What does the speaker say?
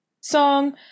song